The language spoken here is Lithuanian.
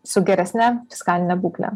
su geresne fiskaline būkle